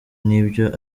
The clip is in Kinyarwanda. n’ibyo